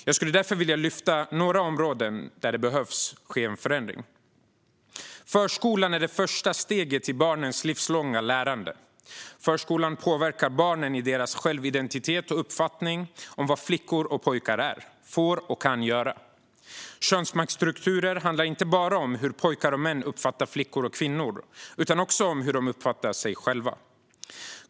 Jag skulle därför vilja lyfta fram några områden där det behöver ske en förändring. Förskolan är det första steget i barnens livslånga lärande. Förskolan påverkar barnen i deras självidentitet och uppfattning om vad flickor och pojkar är, får och kan göra. Könsmaktsstrukturer handlar inte bara om hur pojkar och män uppfattar flickor och kvinnor utan också om hur de uppfattar sig själva.